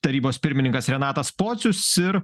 tarybos pirmininkas renatas pocius ir